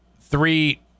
three